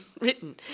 written